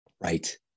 right